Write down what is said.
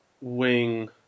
Wing